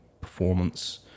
performance